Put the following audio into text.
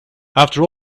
after